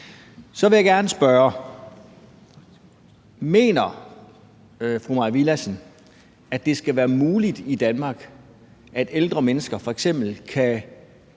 Så vil jeg gerne spørge: Mener fru Mai Villadsen, at det skal være muligt i Danmark, at ældre mennesker f.eks.